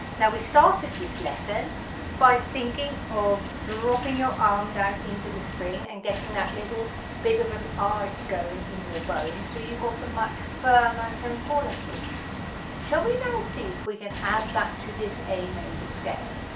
now we started this lesson by thinking of dropping your arm down into the string and getting that little bit of an arch going in your bowing, so you got a much firmer tone quality shall we now see if we can add that to this a major scale,